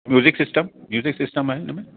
music system music system आहे इनमें